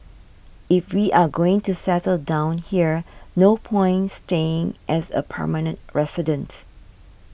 if we are going to settle down here no point staying as a permanent residents